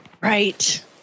right